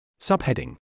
Subheading